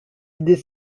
idées